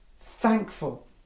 thankful